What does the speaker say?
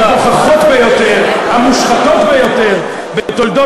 אמרתי עובדות, והעובדות הן שכאשר אתה, העובדות